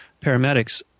paramedics